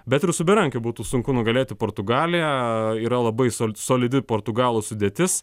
bet ir su berankiu būtų sunku nugalėti portugaliją yra labai solidi portugalų sudėtis